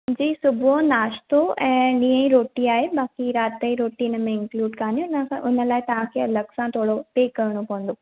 जी सुबुहु नाश्तो ऐं ॾींहं जी रोटी आहे बाक़ी राति जी रोटी हिन में इनक्लुड कान्हे त हुन लाइ तव्हां खे अलॻि सां थोरो पे करिणो पवंदो